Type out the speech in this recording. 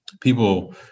people